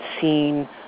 seen